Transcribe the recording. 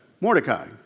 Mordecai